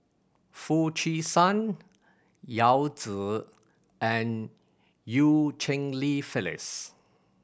Foo Chee San Yao Zi and Eu Cheng Li Phyllis